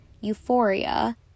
Euphoria